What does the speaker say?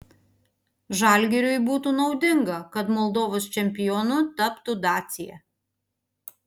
žalgiriui būtų naudinga kad moldovos čempionu taptų dacia